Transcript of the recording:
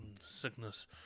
sickness